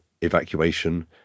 evacuation